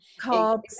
carbs